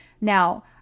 Now